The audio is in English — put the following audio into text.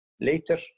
Later